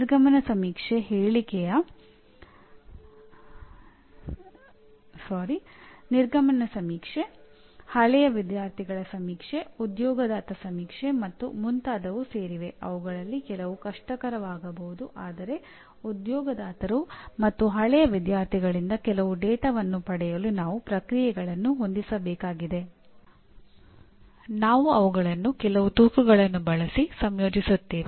ನೀವು ಸಂಸ್ಥೆಯಲ್ಲಿ ಹೊಂದಿರುವ ವಿದ್ಯಾರ್ಥಿ ಬೆಂಬಲ ವ್ಯವಸ್ಥೆಗಳಿಗೆ 50 50 ಮತ್ತು ಆಡಳಿತ ಸಾಂಸ್ಥಿಕ ಬೆಂಬಲ ಮತ್ತು ಆರ್ಥಿಕ ಸಂಪನ್ಮೂಲಗಳಿಗೆ ತಲಾ 120 120 ಅಂಕಗಳನ್ನು ನೀಡಲಾಗುತ್ತದೆ